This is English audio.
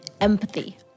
empathy